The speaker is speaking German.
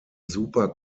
super